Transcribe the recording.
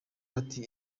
bati